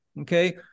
Okay